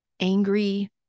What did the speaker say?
Angry